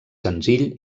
senzill